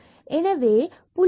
எனவே புள்ளியானது x0hyok